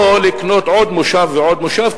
או לקנות עוד מושב ועוד מושב,